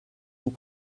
vous